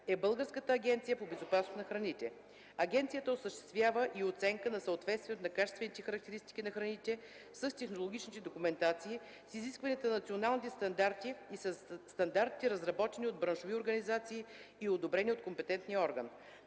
е Българската агенция по безопасност на храните. Агенцията осъществява и оценка на съответствието на качествените характеристики на храните с технологичните документации, с изискванията на националните стандарти и със стандартите, разработени от браншови организации и одобрени от компетентния орган.